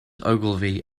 ogilvy